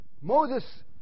Moses